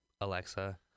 Alexa